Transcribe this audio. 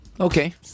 Okay